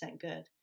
good